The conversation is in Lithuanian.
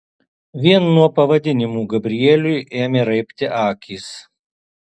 vien nuo pavadinimų gabrieliui ėmė raibti akys